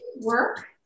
work